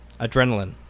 Adrenaline